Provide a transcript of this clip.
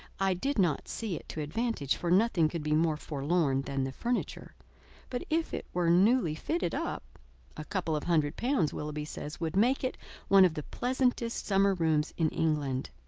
i did not see it to advantage, for nothing could be more forlorn than the furniture but if it were newly fitted up a couple of hundred pounds, willoughby says, would make it one of the pleasantest summer-rooms in england.